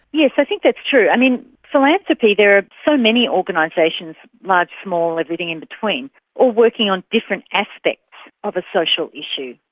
yes, i think that's true. i mean, philanthropy, there are so many organisations large, small, everything in between all working on different aspects of a social issue.